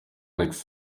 alex